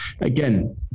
again